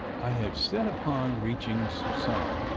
i have set upon reaching suisun,